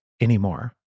anymore